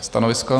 Stanovisko?